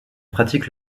pratique